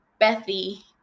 bethy